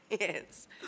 Yes